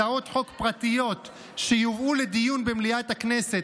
הצעות חוק פרטיות שיובאו לדיון במליאת הכנסת